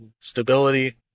stability